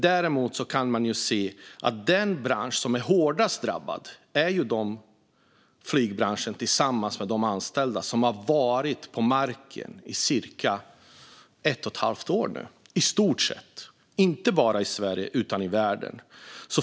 Däremot kan man se att den bransch som är hårdast drabbad är flygbranschen med dess anställda, som nu i stort sett har varit på marken i cirka ett och ett halvt år - inte bara i Sverige utan i världen.